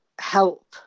help